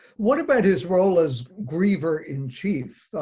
what about his role as griever in chief?